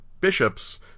bishops